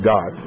God